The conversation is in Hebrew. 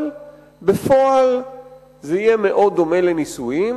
אבל בפועל זה יהיה מאוד דומה לנישואים,